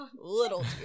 Little